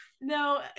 No